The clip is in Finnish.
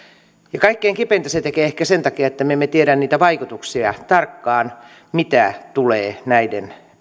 kaikkein kipeintä se tekee ehkä sen takia että me emme tiedä niitä vaikutuksia tarkkaan mitä tulee näiden